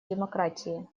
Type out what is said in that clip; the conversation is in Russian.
демократии